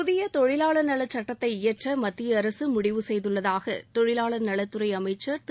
புதிய தொழிலாளர் நலச் சுட்டத்தை இயற்ற மத்திய அரசு முடிவு செய்துள்ளதாக தொழிலாளர் நலத்துறை அமைச்சர் திரு